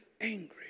angry